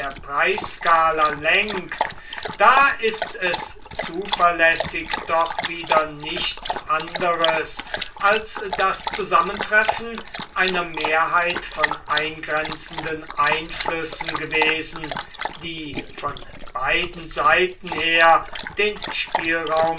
preisskala lenkt da ist es zuverlässig doch wieder nichts anderes als das zusammentreffen einer mehrheit von eingrenzenden einflüssen gewesen die von beiden seiten her den spielraum